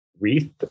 Wreath